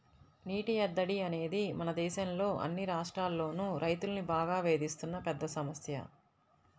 నీటి ఎద్దడి అనేది మన దేశంలో అన్ని రాష్ట్రాల్లోనూ రైతుల్ని బాగా వేధిస్తున్న పెద్ద సమస్య